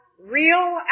real